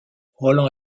roland